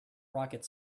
rocket